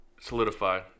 Solidify